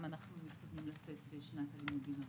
אנחנו מתכוונים לצאת בשנת הלימודים הבאה.